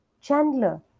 Chandler